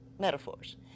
metaphors